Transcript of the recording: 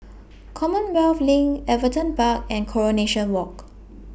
Commonwealth LINK Everton Park and Coronation Walk